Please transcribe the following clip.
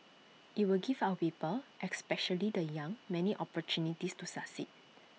IT will give our people especially the young many opportunities to succeed